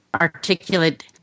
articulate